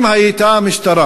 אם המשטרה